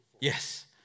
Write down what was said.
Yes